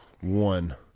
one